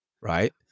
right